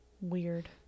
weird